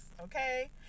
Okay